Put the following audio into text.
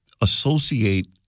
associate